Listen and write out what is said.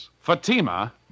Fatima